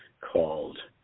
called